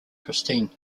kristine